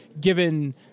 given